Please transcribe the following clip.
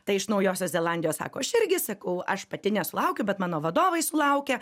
ta iš naujosios zelandijos sako aš irgi sakau aš pati nesulaukiu bet mano vadovai sulaukia